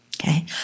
Okay